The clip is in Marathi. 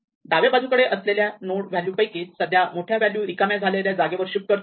डाव्या बाजूकडील असलेल्या नोड व्हॅल्यू पैकी सध्या मोठी व्हॅल्यू रिकाम्या झालेल्या जागेवर शिफ्ट करतो